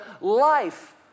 life